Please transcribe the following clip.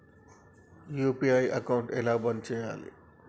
UPI account ఎలా బంద్ చేయాలి?